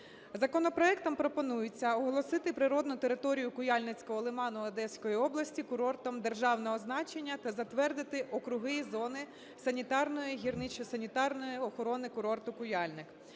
Законопроектом пропонується оголосити природну територію Куяльницького лиману Одеської області курортом державного значення та затвердити округи зони санітарної (гірничо-санітарної) охорони курорту "Куяльник".